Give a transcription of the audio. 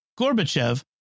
Gorbachev